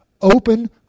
open